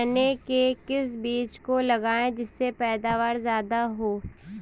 चने के किस बीज को लगाएँ जिससे पैदावार ज्यादा हो?